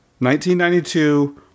1992